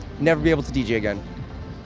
never be able to to dj again.